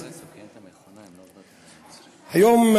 היום,